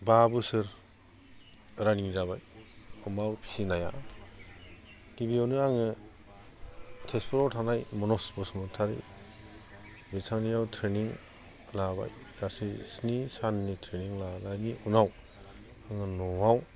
बा बोसोर रानिं जाबाय अमा फिसिनाया गिबियावनो आङो तेजपुराव थानाय मनज बसुमतारि बिथांनियाव ट्रेनिं लाबाय गासै स्नि साननि ट्रेनिं लानायनि उनाव आङो न'आव